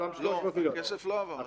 לא, הכסף לא עבר.